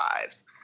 lives